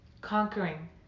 Conquering